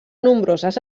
nombroses